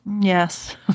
yes